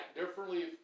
differently